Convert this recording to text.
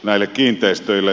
näille kiinteistöille